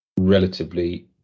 relatively